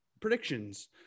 predictions